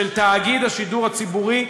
של התאגיד הציבורי,